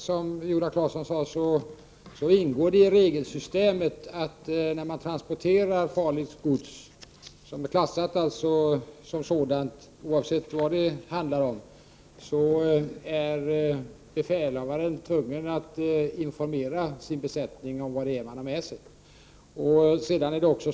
Herr talman! Med anledning av det senaste Viola Claesson sade vill jag påpeka att det ingår i regelsystemet vid transporter av gods som är klassat såsom farligt, oavsett vad det handlar om, att befälhavaren är tvungen att informera sin besättning om vad det är man har med sig.